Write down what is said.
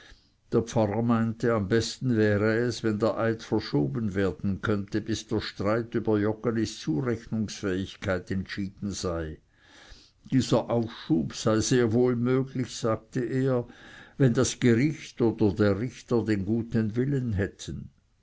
der pfarrer meinte am besten wäre es wenn der eid verschoben werden könnte bis der streit über joggelis zurechnungsfähigkeit entschieden sei dieser aufschub sei sehr wohl möglich sagte er wenn das gericht oder der richter den guten willen hätten